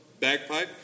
bagpipe